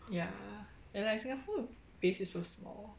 ya ya lah like singapore base is so small